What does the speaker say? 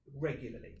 regularly